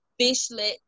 fishlet